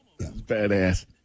Badass